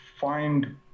find